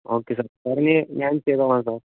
okay sir സാറിനി ഞാൻ ചെയ്തുകൊള്ളാം സാർ